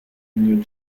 new